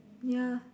ya